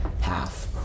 half